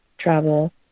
travel